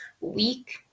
week